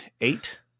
eight